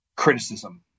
criticism